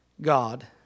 God